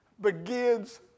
begins